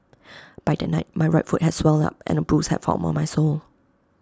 by that night my right foot had swelled up and A bruise had formed on my sole